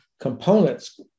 Components